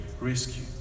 rescue